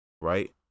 right